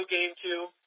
GameCube